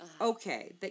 okay